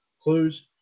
clues